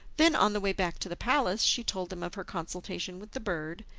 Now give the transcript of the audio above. then, on the way back to the palace, she told them of her consultation with the bird,